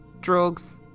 drugs